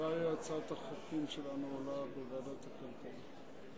מתי הצעת החוק שלנו עולה בוועדת הכלכלה?